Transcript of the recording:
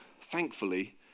thankfully